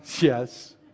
Yes